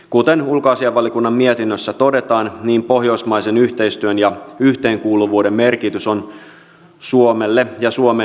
kuten ulkoasiainvaliokunnan mietinnössä todetaan pohjoismaisen yhteistyön ja yhteenkuuluvuuden merkitys on suomelle ja suomen turvallisuudelle tärkeä